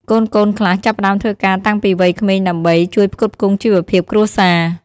កូនៗខ្លះចាប់ផ្តើមធ្វើការតាំងពីវ័យក្មេងដើម្បី ជួយផ្គត់ផ្គង់ជីវភាព គ្រួសារ។